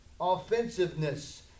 offensiveness